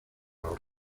los